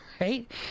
right